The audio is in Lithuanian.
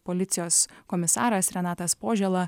policijos komisaras renatas požėla